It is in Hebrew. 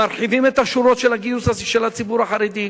מרחיבים את השורות של הגיוס של הציבור החרדי.